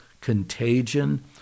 contagion